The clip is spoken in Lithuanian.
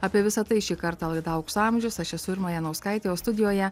apie visa tai šį kartą laida aukso amžius aš esu irma janauskaitė o studijoje